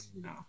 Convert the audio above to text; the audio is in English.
No